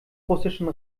russischen